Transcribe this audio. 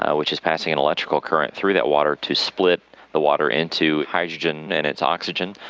ah which is passing an electrical current through that water to split the water into hydrogen and its oxygen.